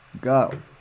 Go